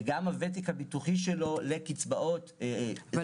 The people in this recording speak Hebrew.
וגם הוותק הביטוחי שלו לקצבאות -- אבל